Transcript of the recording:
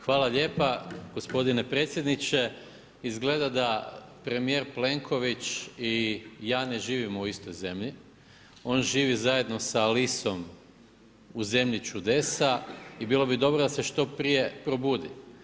Hvala lijepo gospodine predsjedniče, izgleda da premjer Plenković i ja ne živimo u istoj zemlji, on živi zajedno sa Alisom u zemlji čudesa i bilo bi dobro da se što prije probudi.